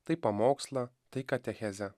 tai pamokslą tai katechezę